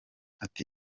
ati